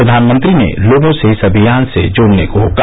प्रधानमंत्री ने लोगों से इस अभियान से जुड़ने को कहा